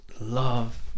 love